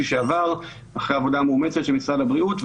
שעבר אחרי עבודה מאומצת של משרד הבריאות.